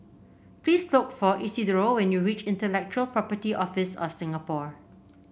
please look for Isidro when you reach Intellectual Property Office of Singapore